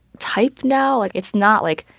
type now. like, it's not, like,